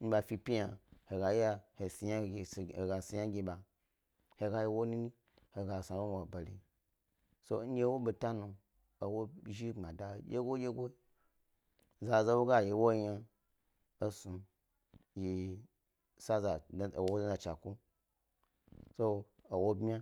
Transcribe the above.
ndye ɓa fe yna he ga lya he sni oyna, he ga yi ewo nini he ga snu abo mwabere so ndye ewo beta nu ewo shni gbmada ɓoyi dyegodyego za za ndye wo ga yi ewoyin ynam esnum saw ewo chniku. So ewo bmya.